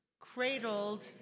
cradled